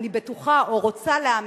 אני בטוחה, או רוצה להאמין,